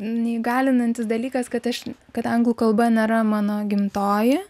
neįgalinantys dalykas kad aš kad anglų kalba nėra mano gimtoji